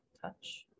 touch